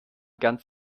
ganz